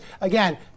again